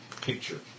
picture